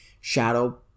Shadow